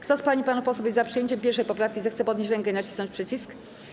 Kto z pań i panów posłów jest za przyjęciem 1. poprawki, zechce podnieść rękę i nacisnąć przycisk.